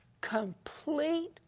complete